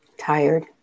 Tired